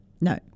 No